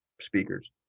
speakers